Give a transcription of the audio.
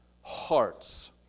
hearts